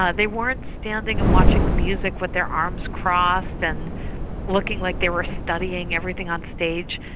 ah they weren't standing and watching the music with their arms crossed and looking like they were studying everything on stage.